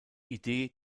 idee